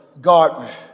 God